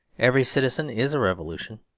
every citizen is a revolution.